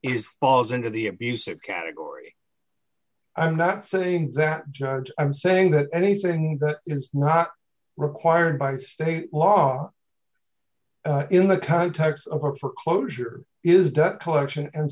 is falls into the abusive category i'm not saying that judge i'm saying that anything that is not required by state law in the context of hope for closure is that election and